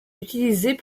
utilisée